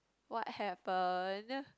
what happen